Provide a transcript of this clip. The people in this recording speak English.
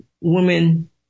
women